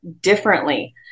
differently